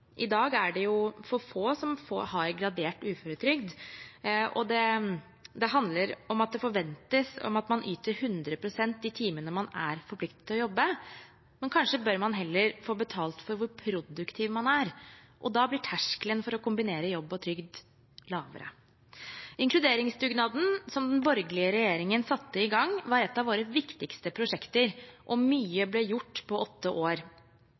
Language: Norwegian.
I dag er det for få som har gradert uføretrygd. Det handler om at det forventes at man yter 100 pst. de timene man er forpliktet til å jobbe. Kanskje bør man heller få betalt for hvor produktiv man er, og da blir terskelen for å kombinere jobb og trygd lavere. Inkluderingsdugnaden, som den borgerlige regjeringen satte i gang, var et av våre viktigste prosjekter, og mye ble gjort på åtte år.